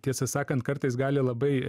tiesą sakant kartais gali labai